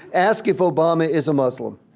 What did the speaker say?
ask if obama is a muslim.